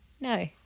No